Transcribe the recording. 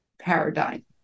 paradigm